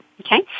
Okay